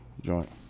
joint